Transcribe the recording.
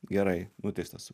gerai nuteistas